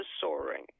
soaring